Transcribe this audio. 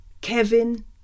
Kevin